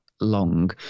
long